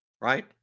Right